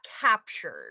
captured